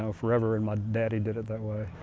so forever and my daddy did it that way.